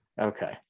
Okay